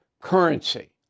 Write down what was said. currency